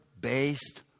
based